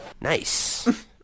Nice